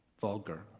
vulgar